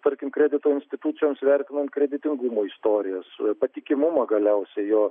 tarkim kredito institucijoms vertinant kreditingumo istorijas patikimumą galiausiai jo